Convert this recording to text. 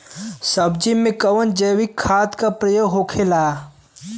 सब्जी में कवन जैविक खाद का प्रयोग होखेला?